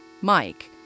Mike